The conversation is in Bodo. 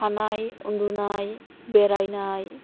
थानाय उन्दुनाय बेरायनाय